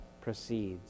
proceeds